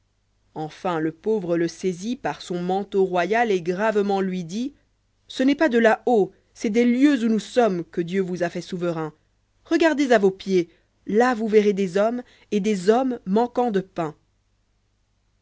enfin le pauvre le saisit par son manteau royal et gravement lui dit ce n'est pas de là haut c'est des lieux où nous sommes que dieu vous a fait souverain regardez à vos pieds là vous verrez des hommes et des hommes manquant de pain